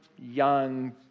young